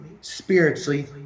spiritually